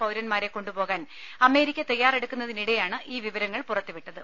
പൌരന്മാരെ കൊണ്ടുപോകാൻ അമേരിക്ക തയ്യാറെടുക്കുന്നതി നിടെയാണ് ഈ വിവരങ്ങൾ പുറത്തുവിട്ടത്